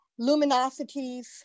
luminosities